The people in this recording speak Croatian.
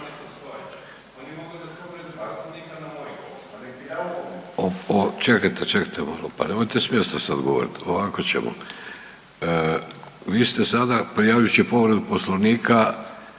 Čekajte, čekajte malo, pa nemojte s mjesta sad govorit. Ovako ćemo, vi ste sada prijavljujući povredu poslovnika